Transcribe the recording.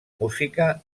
música